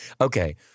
Okay